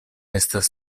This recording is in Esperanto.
estas